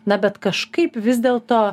na bet kažkaip vis dėl to